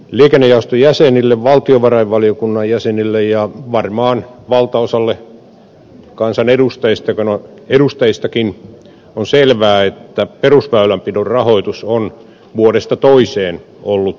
liikennejaoston jäsenille valtiovarainvaliokunnan jäsenille ja varmaan valtaosalle kansanedustajistakin on selvää että perusväylänpidon rahoitus on vuodesta toiseen ollut alimitoitettu